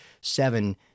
seven